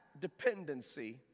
dependency